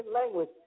language